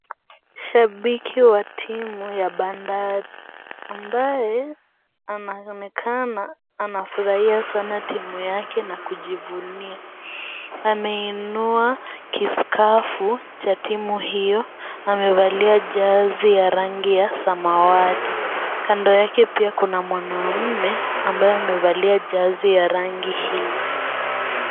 Shabiki wa timu ya Bandari ambaye anaonekana anafurahia sana timu yake na kujivunia. Ameinua kiscafu ya timu hiyo ,amevalia jezi ya rangi ya samawati. Kando yake pia kuna mwanaume ambaye amevalia jezi ya rangi hiyo.